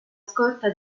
scorta